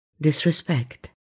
disrespect